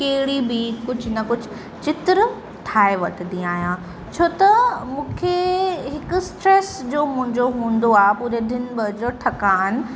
कहिड़ी बि कुझु न कुझु चित्र ठाहे वठंदी आहियां छो त मूंखे हिकु स्ट्रैस जो मुंहिंजो हूंदो आहे पूरे दिन भर जो थकान